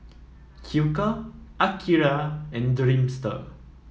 Hilker Akira and Dreamster